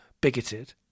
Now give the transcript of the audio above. bigoted